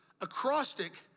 acrostic